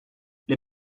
les